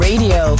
Radio